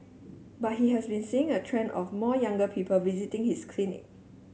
but he has been seeing a trend of more younger people visiting his clinic